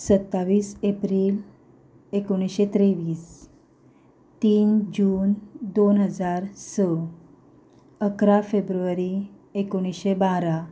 सत्तावीस एप्रील एकोणीशें तेवीस तीन जून दोन हजार स अकरा फेब्रुवारी एकोणीशें बारा